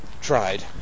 tried